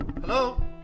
Hello